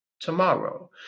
tomorrow